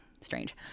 strange